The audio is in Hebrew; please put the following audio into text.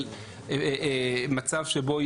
הסעיף היום מחייב תמיד אישור של ועדת הבריאות.